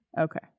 Okay